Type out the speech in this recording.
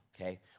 Okay